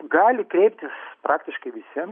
gali kreiptis praktiškai visi